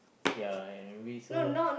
yeah and we so